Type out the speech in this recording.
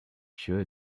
sure